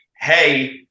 hey